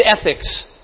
ethics